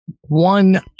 one